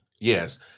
Yes